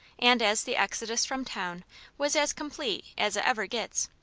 and as the exodus from town was as complete as it ever gets,